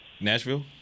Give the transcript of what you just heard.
Nashville